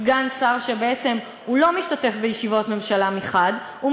סגן שר שבעצם הוא לא משתתף בישיבות ממשלה מחד גיסא,